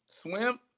Swim